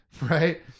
right